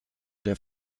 der